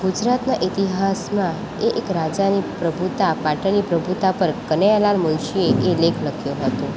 ગુજરાતના ઇતિહાસમાં એ એક રાજાની પ્રભુતા પાટણની પ્રભુતા પર કનૈયાલાલ મુનશીએ લેખ લખ્યો હતો